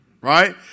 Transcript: right